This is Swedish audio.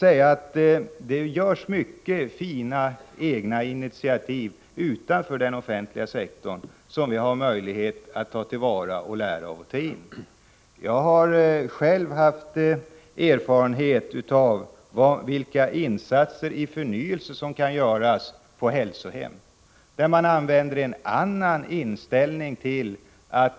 Det tas många fina initiativ även utanför den offentliga sektorn som vi har möjlighet att ta till vara och lära oss av. Jag har själv erfarenhet av vilka insatser för förnyelse som kan göras på hälsohem. Där har man en annan inställning till hur man